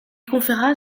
conféra